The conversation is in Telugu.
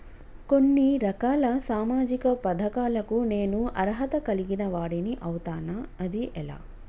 కొన్ని రకాల సామాజిక పథకాలకు నేను అర్హత కలిగిన వాడిని అవుతానా? అది ఎలా?